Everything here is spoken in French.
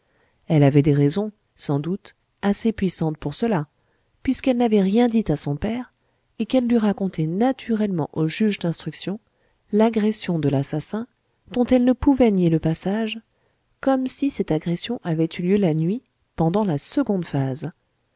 elle avait des raisons sans doute assez puissantes pour cela puisqu'elle n'avait rien dit à son père et qu'elle dut raconter naturellement au juge d'instruction l'agression de l'assassin dont elle ne pouvait nier le passage comme si cette agression avait eu lieu la nuit pendant la seconde phase